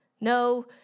No